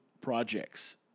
projects